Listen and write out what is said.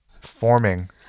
forming